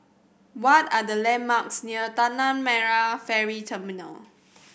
what are the landmarks near Tanah Merah Ferry Terminal